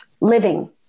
living